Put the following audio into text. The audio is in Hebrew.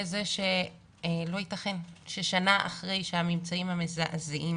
זה שלא יתכן ששנה אחרי הממצאים המזעזעים